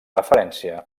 referència